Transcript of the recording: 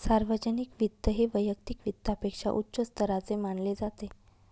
सार्वजनिक वित्त हे वैयक्तिक वित्तापेक्षा उच्च स्तराचे मानले जाते